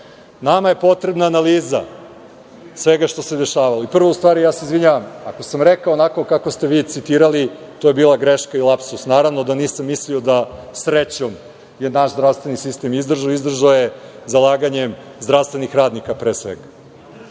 je potrebna analiza svega što se dešavalo. Prva stvar, ja se izvinjavam ako sam rekao tako kako ste vi citirali. To je bila greška i lapsus. Naravno da nisam mislio da srećom je naš zdravstveni sistem izdržao, izdržao je zalaganjem zdravstvenih radnika pre svega.